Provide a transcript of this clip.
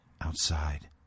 Outside